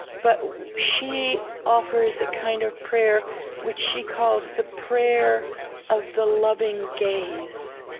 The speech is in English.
but she offers a kind of prayer which she calls the prayer of the loving gaze.